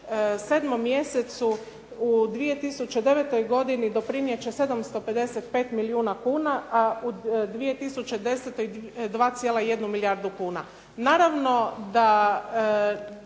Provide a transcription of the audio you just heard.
sedmom mjesecu u 2009. godini doprinijet će 755 milijuna kuna, a u 2010. 2,1 milijardu kuna.